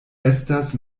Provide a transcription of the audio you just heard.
estas